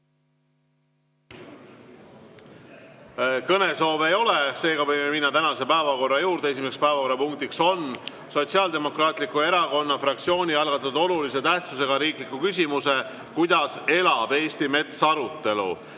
Kõnesoove ei ole, seega võime minna tänase päevakorra juurde. Esimene päevakorrapunkt on Sotsiaaldemokraatliku Erakonna fraktsiooni algatatud olulise tähtsusega riikliku küsimuse "Kuidas elab Eesti mets?" arutelu.